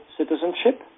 citizenship